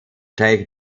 takes